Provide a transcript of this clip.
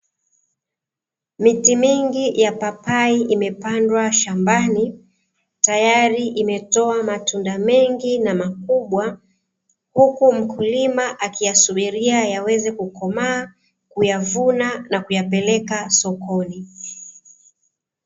Miti mingi ya papai imepandwa shambani tayari imetoa matunda mengi na makubwa, huku mkulima akiyasubiria yaweze kukomaa, kuyavuna na kuyapeleka sokoni.